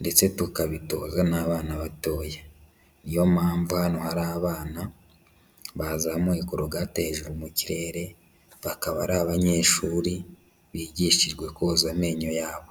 ndetse tukabitoza n'abana batoya, ni yo mpamvu hano hari abana bazamuye korogate hejuru mu kirere, bakaba ari abanyeshuri bigishijwe koza amenyo yabo.